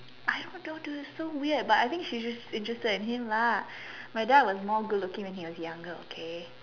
I don't know dude it's so weird but I think she just interested in him lah my dad was more good looking when he was younger okay